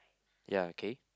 ya okay